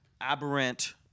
aberrant